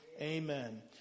Amen